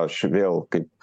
aš vėl kaip